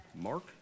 Mark